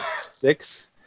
six